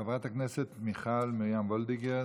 חברת הכנסת מיכל מרים וולדיגר,